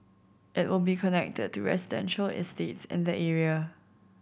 it will be connected to residential estates in the area